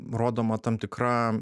rodoma tam tikra